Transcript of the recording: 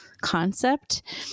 concept